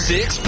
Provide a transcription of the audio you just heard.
Six